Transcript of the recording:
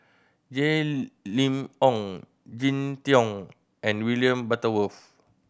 Jay Lim Ong Jin Teong and William Butterworth